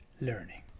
learning